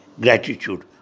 gratitude